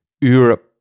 Europe